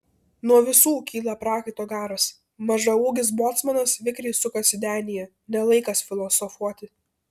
nuo visų kyla prakaito garas mažaūgis bocmanas vikriai sukasi denyje ne laikas filosofuoti